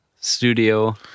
studio